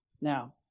Now